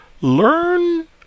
Learn